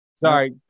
Sorry